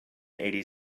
eighty